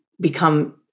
become